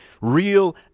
real